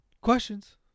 questions